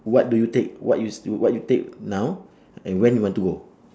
what do you take what you s~ you what you take now and when you want to go